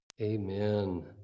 Amen